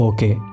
Okay